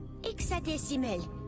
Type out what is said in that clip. Hexadecimal